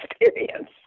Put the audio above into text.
experience